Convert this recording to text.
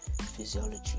physiology